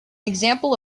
example